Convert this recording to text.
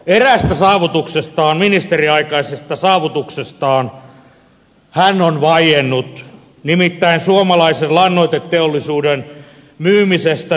eräästä saavutuksestaan ministeriaikaisesta saavutuksestaan hän on vaiennut nimittäin suomalaisen lannoiteteollisuuden myymisestä norjalaiselle yaralle